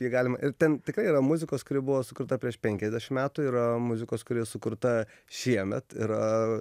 jį galima ir ten tikrai yra muzikos kuri buvo sukurta prieš penkiasdešim metų yra muzikos kuri sukurta šiemet yra